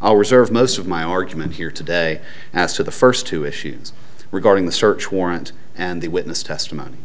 i will reserve most of my argument here today as to the first two issues regarding the search warrant and the witness testimony